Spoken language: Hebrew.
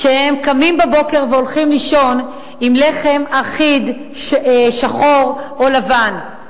שקמים בבוקר והולכים לישון עם לחם אחיד שחור או לבן.